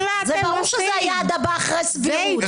זה ברור שזה היעד הבא אחרי סבירות.